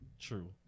true